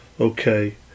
Okay